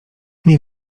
nie